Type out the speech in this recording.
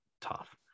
tough